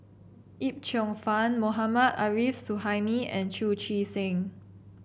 Yip Cheong Fun Mohammad Arif Suhaimi and Chu Chee Seng